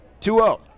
2-0